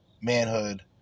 manhood